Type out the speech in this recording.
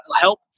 help